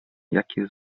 jakie